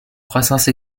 croissance